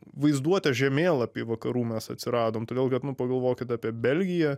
vaizduotės žemėlapy vakarų mes atsiradom todėl kad nu pagalvokit apie belgiją